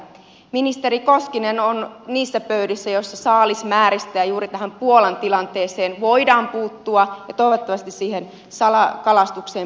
ministeri koskinen on niissä pöydissä joissa saalismääriin ja juuri tähän puolan tilanteeseen voidaan puuttua ja toivottavasti siihen salakalastukseen puututaankin